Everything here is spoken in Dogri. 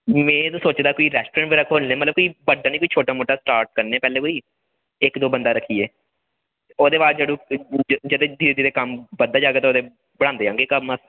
में ते सोची लै कोई रैस्टोरैंट बगैरा खोलनें आं बड्डा निं कोई छोटा मोटा स्टार्ट करनें आं पैह्ले कोई इक दो बंदा रखियै ओह्दे बाद जि'यां जि'यां कम्म बधदा जाग ते बढ़ांदे जाह्गे कम्म